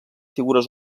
figures